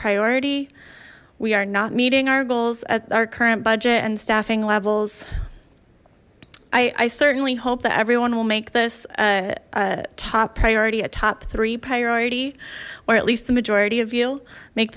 priority we are not meeting our goals at our current budget and staffing levels i i certainly hope that everyone will make this a top priority a top three priority or at least the majority of you make